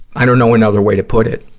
i don't know another way to put it.